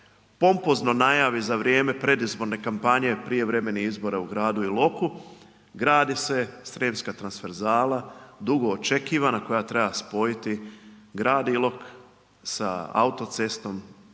pompozno najavi za vrijeme predizborne kampanje prijevremenih izbora u gradu Iloku, gradi se središnja transverzala, dugoočekivana koja treba spojiti grad Ilok sa autocestom,